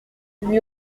lui